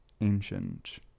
ancient